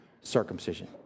circumcision